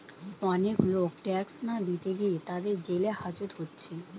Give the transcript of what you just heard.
অনেক লোক ট্যাক্স না দিতে গিয়ে তাদের জেল হাজত হচ্ছে